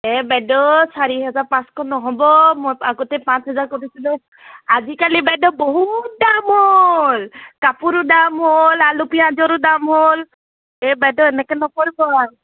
এই বাইদেউ চাৰি হাজাৰ পাঁচশ নহ'ব মই আগতে পাঁচ হাজাৰ কৰিছিলোঁ আজিকালি বাইদেউ বহুত দাম হ'ল কাপোৰো দাম হ'ল আলু পিঁয়াজৰো দাম হ'ল এই বাইদেউ এনেকৈ নকৰিব